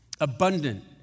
abundant